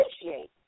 appreciate